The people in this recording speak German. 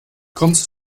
kommst